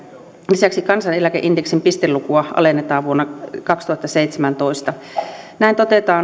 lisäksi kansaneläkeindeksin pistelukua alennetaan vuonna kaksituhattaseitsemäntoista näin